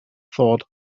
thought